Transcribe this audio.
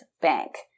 bank